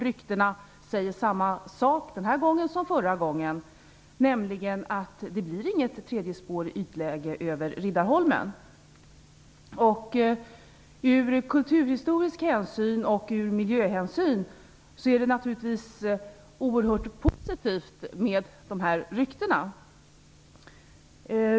Ryktena säger samma sak den här gången som förra gången, nämligen att det inte blir något tredje spår i ytläge över Riddarholmen. Från kulturhistoriska synpunkter och av miljöhänsyn är dessa rykten naturligtvis oerhört positiva.